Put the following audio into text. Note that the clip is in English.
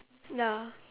ya